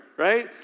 right